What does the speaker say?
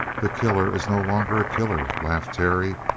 the killer is no longer a killer, laughed terry.